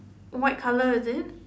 white colour is it